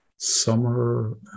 summer